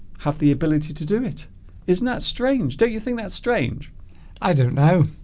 have the ability to do it isn't that strange don't you think that's strange i don't know